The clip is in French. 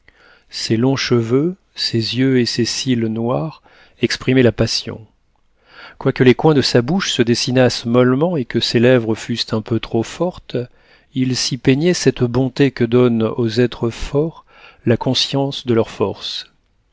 ses longs cheveux ses yeux et ses cils noirs exprimaient la passion quoique les coins de sa bouche se dessinassent mollement et que ses lèvres fussent un peu trop fortes il s'y peignait cette bonté que donne aux êtres forts la conscience de leur force